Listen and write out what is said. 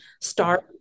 start